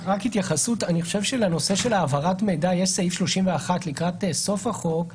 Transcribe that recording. לנושא של העברת מידע יש סעיף 31 לקראת סוף החוק,